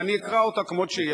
אני אקרא אותה כמו שהיא.